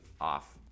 off